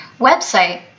website